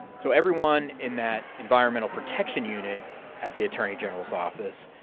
so everyone in that environmental protection unit at the attorney general's office,